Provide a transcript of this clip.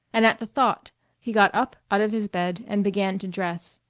and at the thought he got up out of his bed and began to dress.